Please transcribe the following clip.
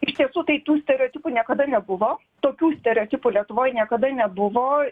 iš tiesų tai tų stereotipų niekada nebuvo tokių stereotipų lietuvoj niekada nebuvo